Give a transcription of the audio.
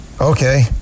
Okay